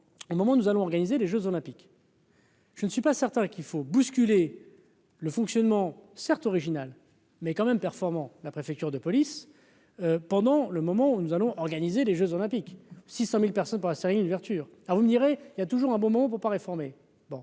un moment, nous allons organiser les Jeux olympiques. Je ne suis pas certain qu'il faut bousculer le fonctionnement certes originale, mais quand même, performant, la préfecture de police pendant le moment où nous allons organiser les Jeux olympiques 600000 personnes pour la installer une ouverture ah vous me direz, il y a toujours un moment où faut pas réformer bon